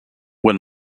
when